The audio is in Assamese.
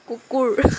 কুকুৰ